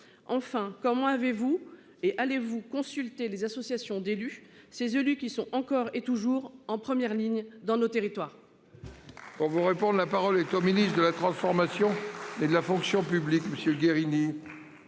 Enfin, comment avez-vous et allez-vous consulter les associations d'élus, ces élus qui sont encore et toujours en première ligne dans nos territoires.